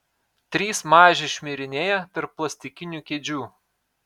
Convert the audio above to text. trys mažiai šmirinėja tarp plastikinių kėdžių